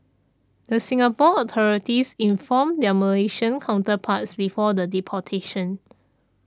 the Singapore authorities informed their Malaysian counterparts before the deportation